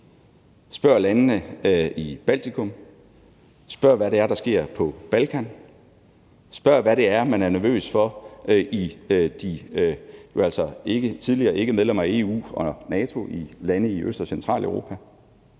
Spørg landene i Baltikum, spørg hvad det er, der sker på Balkan, spørg hvad det er, man er nervøs for i de jo altså tidligere ikkemedlemmer af EU og NATO i lande i Øst- og Centraleuropa.